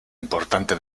importante